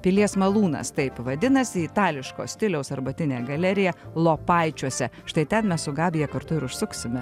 pilies malūnas taip vadinasi itališko stiliaus arbatinė galerija lopaičiuose štai ten mes su gabija kartu ir užsuksime